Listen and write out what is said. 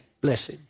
Blessed